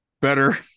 Better